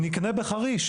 אני אקנה בחריש,